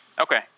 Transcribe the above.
Okay